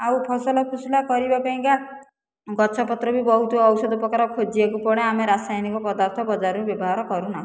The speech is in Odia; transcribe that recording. ଆଉ ଫସଲ ଫୁସୁଲା କରିବା ପାଇଁକା ଗଛପତ୍ର ବି ବହୁତ ଔଷଧ ପ୍ରକାର ଖୋଜିବାକୁ ପଡ଼େ ଆମେ ରାସାୟନିକ ପଦାର୍ଥ ବଜାରରୁ ବ୍ୟବହାର କରୁନାହିଁ